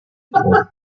quatre